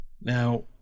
Now